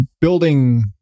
building